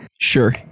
Sure